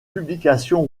publication